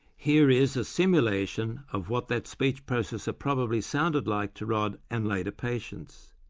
here is a simulation of what that speech processor probably sounded like to rod and later patients.